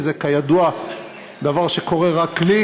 זה כידוע דבר שקורה רק לי,